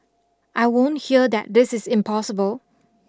I won't hear that this is impossible